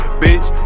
bitch